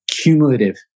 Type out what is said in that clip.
cumulative